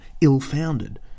ill-founded